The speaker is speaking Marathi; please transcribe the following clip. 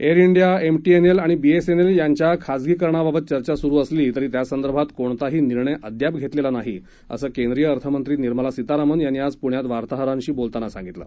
एअर इंडिया एमटीएनएल आणि बीएसएनएल यांच्या खाजगीकरणाबाबत चर्चा सुरु असली तरी त्यासंदर्भात कोणताही निर्णय अद्याप घेतलेला नाही असं केंद्रीय अर्थमंत्री निर्मला सीतारामन यांनी आज पुण्यात वार्ताहरांशी बोलताना सांगितलं